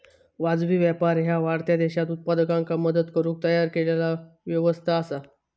वाजवी व्यापार ह्या वाढत्या देशांत उत्पादकांका मदत करुक तयार केलेला व्यवस्था असा